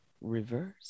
reverse